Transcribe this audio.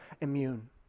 immune